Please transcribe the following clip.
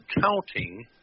counting